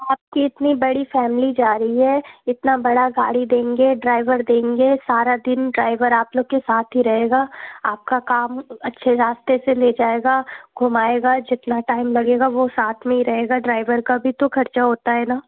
आपकी इतनी बड़ी फ़ैमिली जा रही है इतनी बड़ी गाड़ी देंगे ड्राईवर देंगे सारा दिन ड्राईवर आप लोग के साथ ही रहेगा आपका काम अच्छे रास्ते से ले जाएगा घूमाएगा जितना टाइम लगेगा वो साथ में ही रहेगा ड्राईवर का भी तो ख़र्चा होता है ना